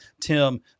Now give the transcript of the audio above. Tim